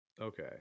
Okay